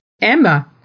Emma